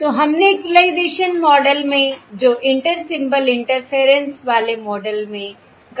तो हमने equalization model में जो इंटर सिंबल इंटरफेरेंस वाले मॉडल में कहा